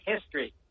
history